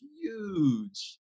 huge